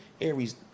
Aries